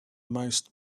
most